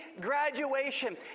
graduation